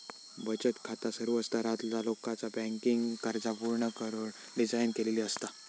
बचत खाता सर्व स्तरातला लोकाचा बँकिंग गरजा पूर्ण करुक डिझाइन केलेली असता